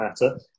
matter